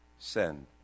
Send